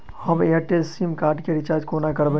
हम Airtel sim card केँ recharge कोना करबै?